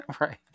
right